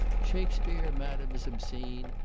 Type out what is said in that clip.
shakspeare, madam, is obscene,